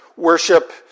Worship